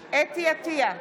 חוה אתי עטייה,